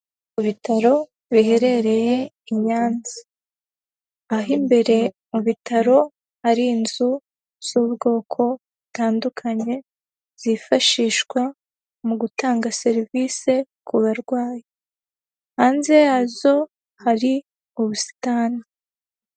Ku bitaro biherereye i Nyanza aho imbere mu bitaro hari inzu z'ubwoko butandukanye zifashishwa mu gutanga serivise ku barwayi, hanze yazo hari ubusitani.